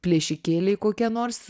plėšikėliai kokie nors